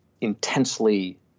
intensely